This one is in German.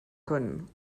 können